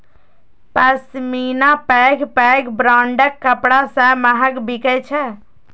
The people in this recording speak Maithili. पश्मीना पैघ पैघ ब्रांडक कपड़ा सं महग बिकै छै